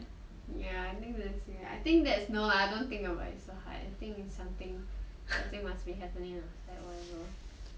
ya I mean that's true I think that's no lah don't think about it so hard I think is something something must be happening outside whatever